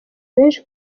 benshi